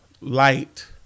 light